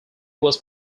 was